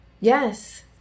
yes